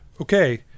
Okay